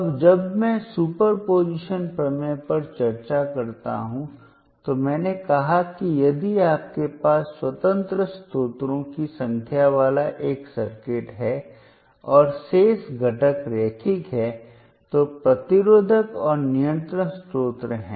अब जब मैं सुपरपोजिशन प्रमेय पर चर्चा करता हूं तो मैंने कहा कि यदि आपके पास स्वतंत्र स्रोतों की संख्या वाला एक सर्किट है और शेष घटक रैखिक हैं तो प्रतिरोधक और नियंत्रण स्रोत हैं